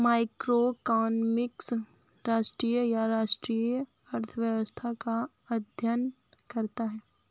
macroeconomics राष्ट्रीय या क्षेत्रीय अर्थव्यवस्था का अध्ययन करता है